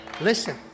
Listen